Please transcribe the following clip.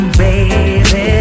baby